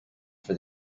for